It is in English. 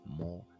more